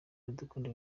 iradukunda